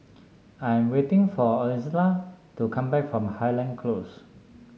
I'm waiting for Izola to come back from Highland Close